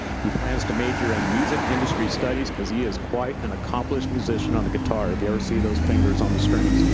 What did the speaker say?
he plans to major in and music industry studies cause he is quite an accomplished musician on the guitar. if you ever see those fingers on the strings,